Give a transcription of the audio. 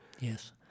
Yes